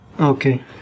Okay